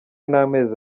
n’amezi